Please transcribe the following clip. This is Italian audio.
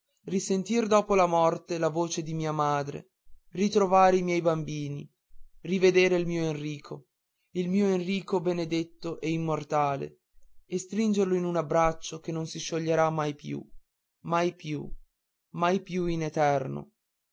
risentir dopo morte la voce di mia madre ritrovare i miei bambini rivedere il mio enrico il mio enrico benedetto e immortale e stringerlo in un abbraccio che non si scioglierà mai più mai più in eterno